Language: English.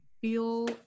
feel